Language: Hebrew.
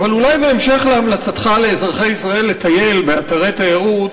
אבל אולי בהמשך להמלצתך לאזרחי ישראל לטייל באתרי תיירות,